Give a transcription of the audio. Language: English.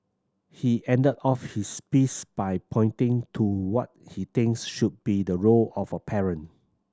he ended off his piece by pointing to what he thinks should be the role of a parent